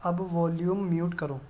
اب volume mute کرو